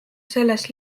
selles